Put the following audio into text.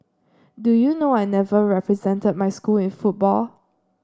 do you know I never represented my school in football